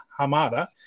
Hamada